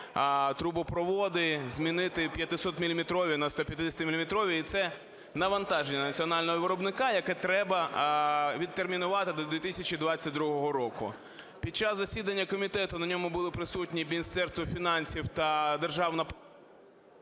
трубопроводи змінити 500-міліметрові на 150-мілімітрові. І це навантаження на національного виробника, яке треба відтермінувати до 2022 року. Під час засідання комітету на ньому були присутні Міністерство фінансів та державна…